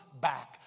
back